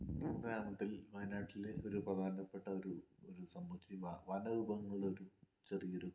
ഗ്രാമത്തിൽ വയനാട്ടിൽ ഒരു പ്രധാനപ്പെട്ട ഒരു ഒരു സമന്ദിരി വനവിഭവങ്ങളുടെ ഒരു ചെറിയൊരു